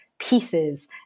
pieces